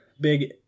big